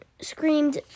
screamed